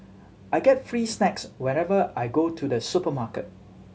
I get free snacks whenever I go to the supermarket